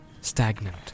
stagnant